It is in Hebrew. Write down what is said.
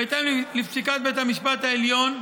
בהתאם לפסיקת בית המשפט העליון,